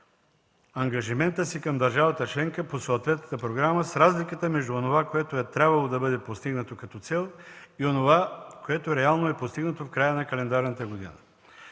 ангажимента си към държавата членка по съответната програма с разликата между онова, което е трябвало да бъде постигнато като цел, и онова, което реално е постигнато в края на календарната година.